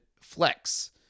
flex